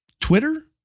Twitter